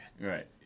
Right